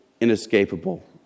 inescapable